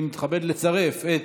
אני מתכבד לצרף את